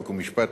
חוק ומשפט,